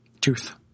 Tooth